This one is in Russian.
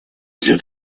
для